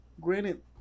granted